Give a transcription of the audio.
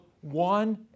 one